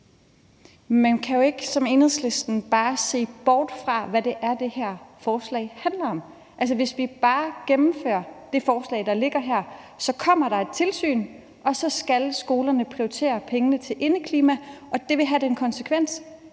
som Enhedslisten bare se bort fra, hvad det er, det her forslag handler om. Hvis vi bare gennemfører det forslag, der ligger her, så kommer der et tilsyn, og så skal skolerne prioritere pengene til indeklima. Det vil have den konsekvens,